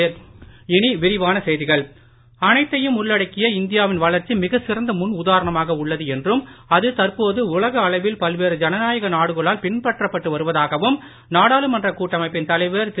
நாடாளுமன்றம் அனைத்தையும் உள்ளடக்கிய இந்தியாவின் வளர்ச்சி மிகச் சிறந்த முன் உதாரணமாக உள்ளது என்றும் அது தற்போது உலக அளவில் பல்வேறு ஜனநாயக நாடுகளால் பின்பற்றப்பட்டு வருவதாகவும் நாடாளுமன்ற கூட்டமைப்பின் தலைவர் திரு